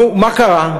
נו, מה קרה?